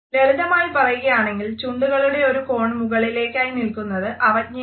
ലളിതമായി പറയുകയാണെങ്കിൽ ചുണ്ടുകളുടെ ഒരു കോൺ മുകളിലേക്കാക്കി നിൽക്കുന്നത് അവജ്ഞയാണ്